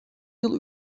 yıl